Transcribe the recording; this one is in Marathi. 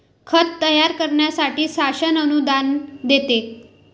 खत तयार करण्यासाठी शासन अनुदान देते